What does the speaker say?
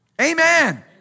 Amen